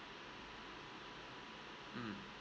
mm